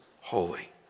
holy